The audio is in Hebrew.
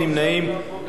הצעת החוק,